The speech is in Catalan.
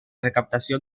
recaptació